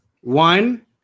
One